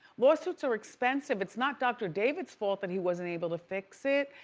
lawsuits are expensive. it's not dr. david's fault that he wasn't able to fix it.